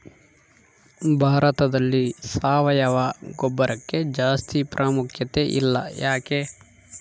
ಭಾರತದಲ್ಲಿ ಸಾವಯವ ಗೊಬ್ಬರಕ್ಕೆ ಜಾಸ್ತಿ ಪ್ರಾಮುಖ್ಯತೆ ಇಲ್ಲ ಯಾಕೆ?